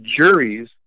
juries